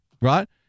right